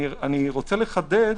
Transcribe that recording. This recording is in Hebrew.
אני רוצה לחדד